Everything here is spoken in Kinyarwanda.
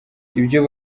ibyo